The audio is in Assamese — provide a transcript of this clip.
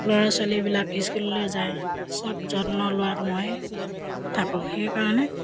ল'ৰা ছোৱালীবিলাক স্কুললৈ যায় চব যত্ন লোৱাত মই থাকোঁ সেইকাৰণে